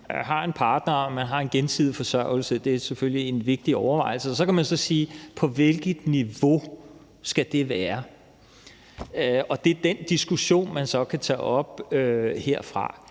har en partner og man har en gensidig forsørgelsespligt, selvfølgelig er en vigtig overvejelse. Så kan man sige: På hvilket niveau skal det være? Det er den diskussion, man så kan tage op herfra.